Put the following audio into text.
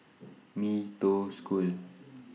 Mee Toh School